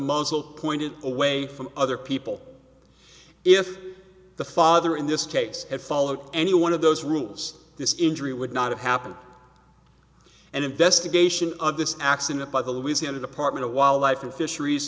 muzzle pointed away from other people if the father in this case had followed any one of those rules this injury would not have happened and investigation of this accident by the louisiana department of wildlife and fisheries